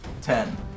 Ten